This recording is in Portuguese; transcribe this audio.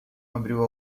abriu